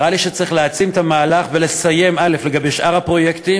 נראה לי שצריך להעצים את המהלך ולסיים לגבי שאר הפרויקט,